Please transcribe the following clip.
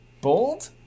Bold